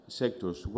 sectors